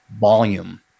volume